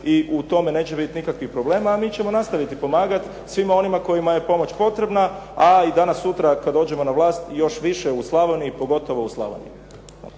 i u tome neće biti nikakvih problema, a mi ćemo nastaviti pomagati svima onima kojima je pomoć potrebna, a i danas-sutra kad dođemo na vlast, još više u Slavoniji, pogotovo u Slavoniji.